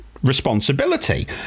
responsibility